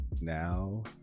now